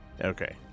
Okay